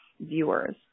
viewers